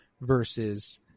versus